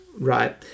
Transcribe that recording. Right